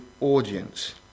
audience